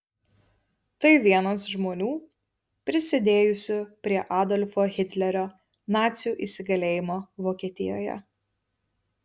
tai vienas žmonių prisidėjusių prie adolfo hitlerio nacių įsigalėjimo vokietijoje